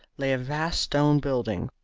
lay a vast stone building,